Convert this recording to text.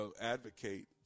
advocate